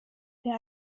der